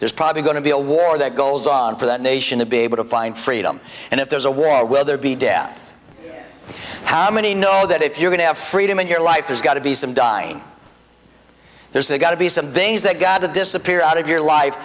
there's probably going to be a war that goes on for that nation to be able to find freedom and if there's a war whether be death how many know that if you're going to have freedom in your life there's got to be some dying there's they've got to be some things that got to disappear out of your life